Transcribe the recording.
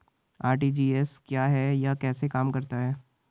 RTGS क्या है यह कैसे काम करता है?